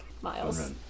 miles